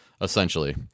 Essentially